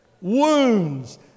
Wounds